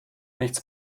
nichts